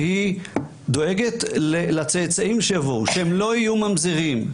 שהיא דואגת לצאצאים שיבואו שהם לא יהיו ממזרים,